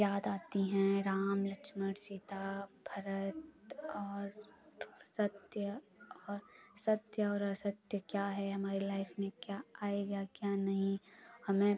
याद आती हैं राम लक्षमण सीता भरत और सत्य और सत्य और असत्य क्या है हमारी लाइफ़ में क्या आएगा क्या नहीं हमें